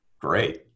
Great